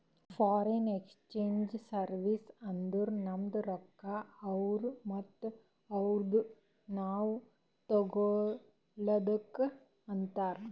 foreign exchange service ಅಂದುರ್ ನಮ್ದು ರೊಕ್ಕಾ ಅವ್ರು ಮತ್ತ ಅವ್ರದು ನಾವ್ ತಗೊಳದುಕ್ ಅಂತಾರ್